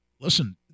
listen